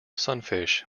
sunfish